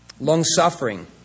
Long-suffering